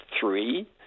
three